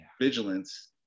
vigilance